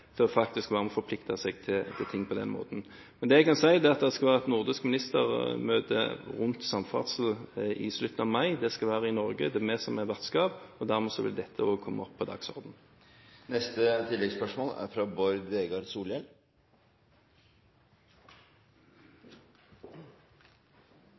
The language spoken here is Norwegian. å forplikte seg til noe på den måten. Det jeg kan si, er at det skal være et nordisk ministermøte om samferdsel i slutten av mai. Det skal være i Norge, det er vi som er vertskap. Dermed vil dette også komme på